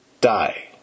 die